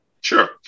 Sure